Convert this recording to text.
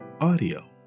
audio